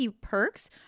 perks